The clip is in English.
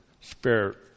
spirit